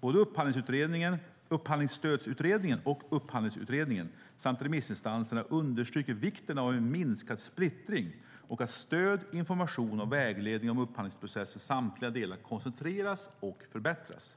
Såväl Upphandlingsstödsutredningen och Upphandlingsutredningen som remissinstanserna understryker vikten av en minskad splittring och av att stöd, information och vägledning om upphandlingsprocessens samtliga delar koncentreras och förbättras.